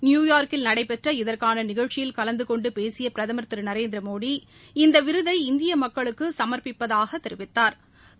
நியூயார்க்கில் நடைபெற்ற இதற்கான நிகழ்ச்சியில் கலந்துகொண்டு பேசிய பிரதம் திரு நரேந்திர மோடி இந்த விருதை இந்திய மக்களுக்கு சமர்பிப்பதாக தெரிவித்தாா்